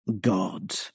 God